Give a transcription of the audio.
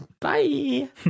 Bye